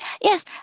Yes